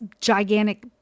gigantic